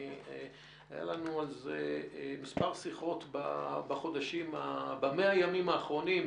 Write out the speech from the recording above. היה לנו אז מספר שיחות ב-100 הימים האחרונים,